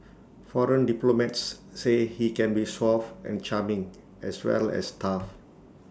foreign diplomats say he can be suave and charming as well as tough